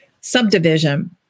subdivision